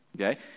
okay